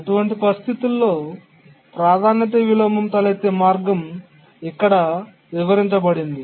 అటువంటి పరిస్థితిలో ప్రాధాన్యత విలోమం తలెత్తే మార్గం ఇక్కడ వివరించబడింది